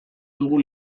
dugu